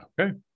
Okay